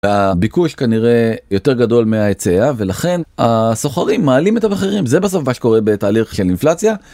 הביקוש כנראה יותר גדול מההיצע ולכן הסוחרים מעלים את המחירים, זה בסוף מה שקורה בתהליך של אינפלציה,